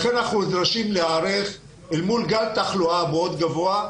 לכן אנחנו נדרשים להיערך אל מול גל תחלואה מאוד גבוה.